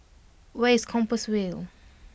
where is Compassvale